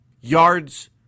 yards